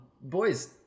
Boys